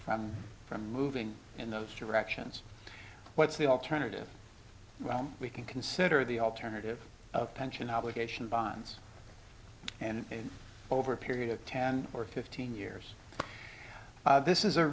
from moving in those directions what's the alternative well we can consider the alternative of pension obligation bonds and over a period of ten or fifteen years this is a